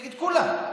נגד כולם,